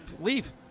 leave